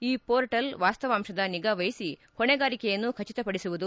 ಈ ಮೋರ್ಟಲ್ ವಾಸ್ತಾವಂಶದ ನಿಗಾವಹಿಸಿ ಹೊಣೆಗಾರಿಕೆಯನ್ನು ಖಚಿತಪಡಿಸುವುದು